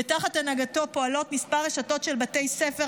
ותחת הנהגתו פועלות כמה רשתות של בתי ספר,